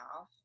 off